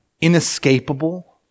inescapable